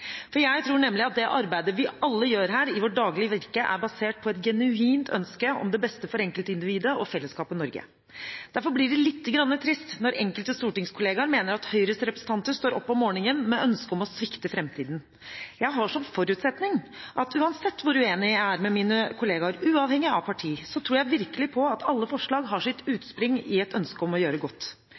grunnlov. Jeg tror nemlig at det arbeidet vi alle gjør her i vårt daglige virke, er basert på et genuint ønske om det beste for enkeltindividet og fellesskapet Norge. Derfor blir det litt trist når enkelte stortingskolleger mener at Høyres representanter står opp om morgenen med ønske om å svikte framtiden. Jeg har som forutsetning at uansett hvor uenig jeg er med mine kolleger, uavhengig av parti, har alle forslag – og det tror jeg virkelig på – sitt utspring i et ønske om å gjøre godt.